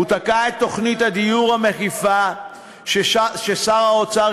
הוא תקע את תוכנית הדיור המקיפה ששר האוצר